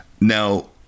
now